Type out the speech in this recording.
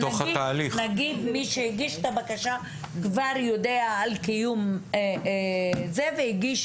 נגיד מי שהגיש את הבקשה כבר יודע על קיום זה והגיש